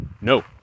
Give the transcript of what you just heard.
No